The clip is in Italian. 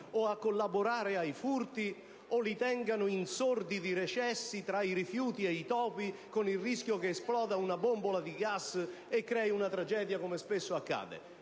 o a collaborare ai furti, o in sordidi recessi, tra rifiuti e topi, con il rischio che esploda una bombola di gas e crei una tragedia, come spesso accade.